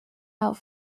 out